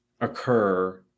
occur